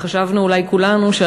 ואולי כולנו חשבנו,